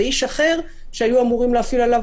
ואיש אחר שהיו אמורים להפעיל עליו